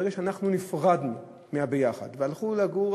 ברגע שאנחנו נפרדנו מה"יחד" וחלק מהאחים הלכו לגור,